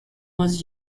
was